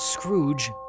Scrooge